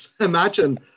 imagine